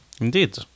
Indeed